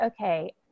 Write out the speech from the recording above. okay